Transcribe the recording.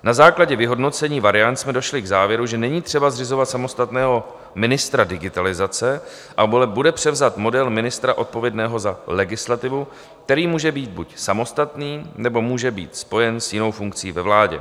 Na základě vyhodnocení variant jsme došli k závěru, že není třeba zřizovat samostatného ministra digitalizace, ale bude převzat model ministra odpovědného za legislativu, který může být buď samostatný, nebo může být spojen s jinou funkcí ve vládě.